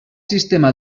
sistema